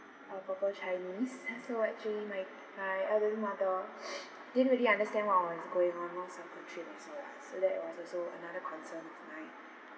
a proper chinese so actually my my elderly mother didn't really understand what was going on most of the trip also lah so that was also another concern of mine